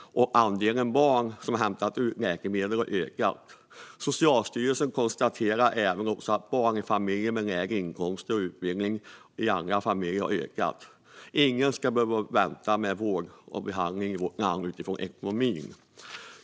Andelen barn som hämtar ut läkemedel har ökat. Socialstyrelsen konstaterar att detta också gäller barn i familjer med lägre inkomster och utbildning än i andra familjer. Ingen ska behöva vänta med vård och behandling i vårt land utifrån ekonomi.